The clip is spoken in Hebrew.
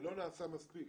ולא נעשה מספיק,